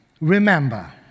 Remember